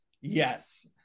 yes